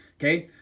okay?